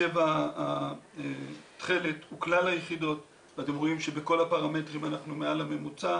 הצבע התכלת הוא כלל היחידות ואתם רואים שבכל הפרמטרים אנחנו מעל הממוצע,